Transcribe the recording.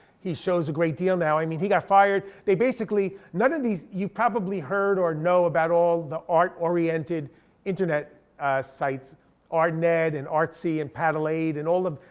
he shows a great deal now. i mean he got fired, they basically, none of these, you probably heard or know about all the art oriented internet sites artnet, and artsy and paddle eight, and all of,